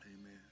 Amen